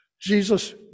Jesus